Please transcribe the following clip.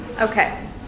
Okay